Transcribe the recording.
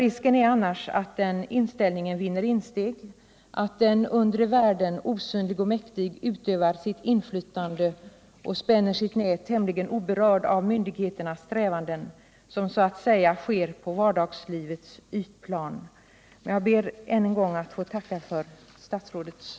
Risken finns annars att den inställningen vinner insteg att den undre världen, osynlig och mäktig, utövar sitt inflytande och spänner sitt nät tämligen oberörd av myndigheternas strävanden, som så att säga sker på vardagslivets ytplan. Jag ber än en gång att få tacka för statsrådets svar.